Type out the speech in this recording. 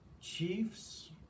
Chiefs